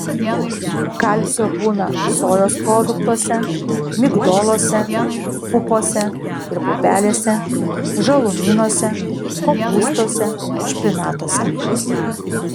kalcio būna sojos produktuose migdoluose pupose ir pupelėse žalumynuose kopūstuose špinatuose